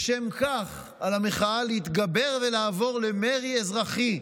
לשם כך, על המחאה להתגבר ולעבור למרי אזרחי,